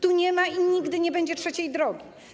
Tu nie ma i nigdy nie będzie trzeciej drogi.